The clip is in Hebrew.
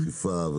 אכיפה,